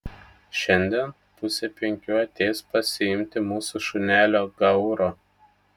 šiandien pusę penkių ateis pasiimti mūsų šunelio gauro